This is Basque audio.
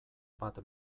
bat